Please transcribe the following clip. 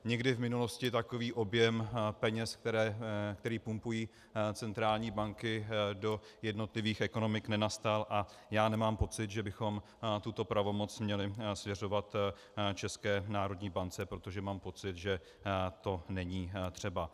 Nikdy v minulosti takový objem peněz, který pumpují centrální banky do jednotlivých ekonomik, nenastal a já nemám pocit, že bychom tuto pravomoc měli svěřovat České národní bance, protože mám pocit, že to není třeba.